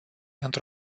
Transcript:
într